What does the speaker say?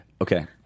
Okay